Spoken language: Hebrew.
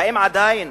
האם עדיין